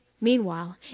Meanwhile